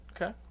Okay